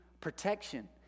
protection